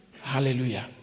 Hallelujah